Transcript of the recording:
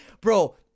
bro